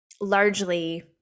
largely